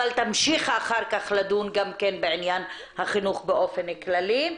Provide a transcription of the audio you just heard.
אבל תמשיך אחר כך לדון גם כן בעניין החינוך באופן כללי.